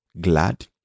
glad